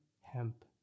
hemp